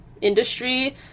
industry